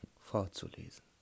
vorzulesen